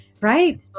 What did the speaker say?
right